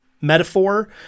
metaphor